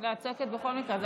לא, את צועקת בכל מקרה.